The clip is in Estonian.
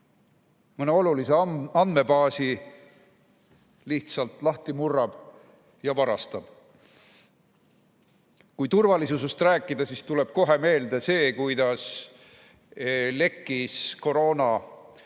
mõne olulise andmebaasi lihtsalt lahti murrab ja varastab. Kui turvalisusest rääkida, siis tuleb kohe meelde see, kuidas lekkis koroonateave